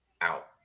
out